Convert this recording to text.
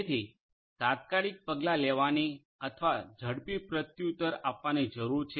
તેથી તાત્કાલિક પગલાં લેવાની અથવા ઝડપી પ્રત્યુત્તર આપવાની જરૂર છે